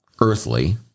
earthly